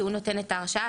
שהוא נותן את ההרשאה.